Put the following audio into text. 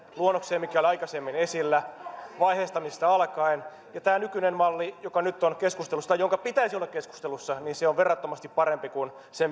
luonnokseen mikä oli aikaisemmin esillä vaiheistamisesta alkaen ja tämä nykyinen malli joka nyt on tai jonka pitäisi olla keskustelussa on verrattomasti parempi kuin se